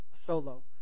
solo